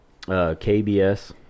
kbs